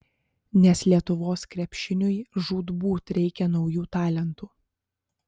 nes lietuvos krepšiniui žūtbūt reikia naujų talentų